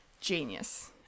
genius